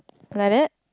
like that